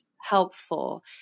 helpful